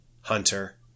Hunter